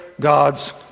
God's